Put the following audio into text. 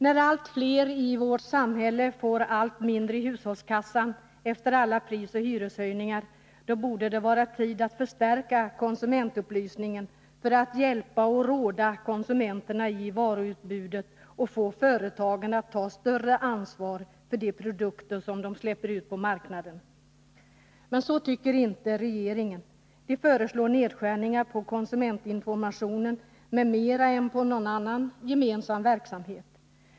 När allt fler i vårt samhälle får allt mindre i hushållskassan efter alla prisoch hyreshöjningar, då borde det vara tid att förstärka konsumentupplysningen för att hjälpa och råda konsumenterna i varuutbudet och få företagen att ta större ansvar för de produkter som de släpper ut på marknaden. Men så tycker inte regeringen — den föreslår mera nedskärningar på konsumentinformationen än på någon annan gemensam verksamhet.